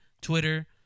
Twitter